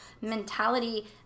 mentality